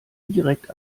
direkt